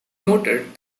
noted